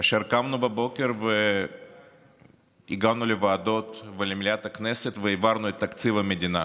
כאשר קמנו בבוקר והגענו לוועדות ולמליאת הכנסת והעברנו את תקציב המדינה,